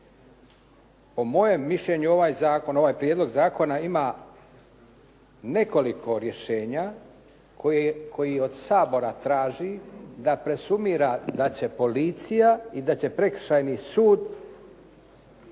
Po mojem mišljenju ovaj zakon, ovaj prijedlog zakona ima nekoliko rješenja koji od Sabora traži da presumira, da će policija i da će Prekršajni sud